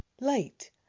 Light